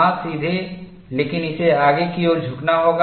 हां सीधे लेकिन इसे आगे की ओर झुकना होगा